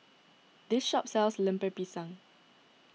this shop sells Lemper Pisang